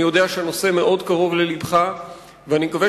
אני יודע שהנושא מאוד קרוב ללבך ואני מקווה